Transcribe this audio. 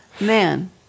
man